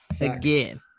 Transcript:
again